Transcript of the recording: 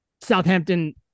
Southampton